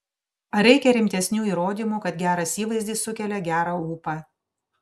ar reikia rimtesnių įrodymų kad geras įvaizdis sukelia gerą ūpą